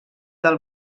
del